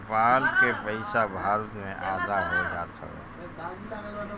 नेपाल के पईसा भारत में आधा हो जात हवे